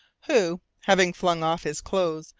who, having flung off his clothes,